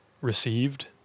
received